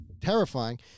terrifying